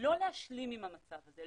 לא להשלים עם המצב הזה,